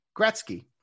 Gretzky